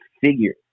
figure